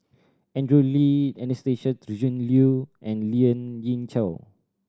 Andrew Lee Anastasia Tjendri Liew and Lien Ying Chow